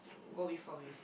go before with